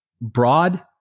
broad